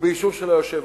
ובאישור של היושב-ראש.